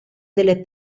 delle